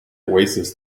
oasis